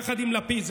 יחד עם לפיד,